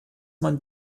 man